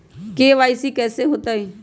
KYC कैसे होतई?